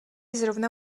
zrovna